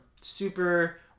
super